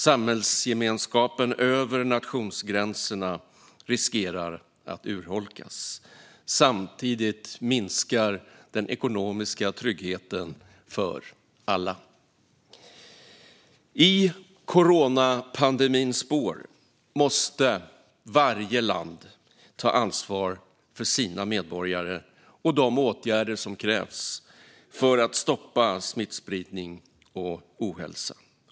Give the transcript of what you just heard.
Samhällsgemenskapen över nationsgränserna riskerar att urholkas. Samtidigt minskar den ekonomiska tryggheten för alla. I coronapandemins spår måste varje land ta ansvar för sina medborgare och de åtgärder som krävs för att stoppa smittspridning och ohälsa.